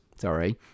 sorry